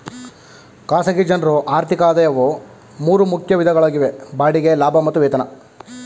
ಖಾಸಗಿ ಜನ್ರು ಆರ್ಥಿಕ ಆದಾಯವು ಮೂರು ಮುಖ್ಯ ವಿಧಗಳಾಗಿವೆ ಬಾಡಿಗೆ ಲಾಭ ಮತ್ತು ವೇತನ